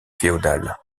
féodal